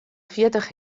fjirtich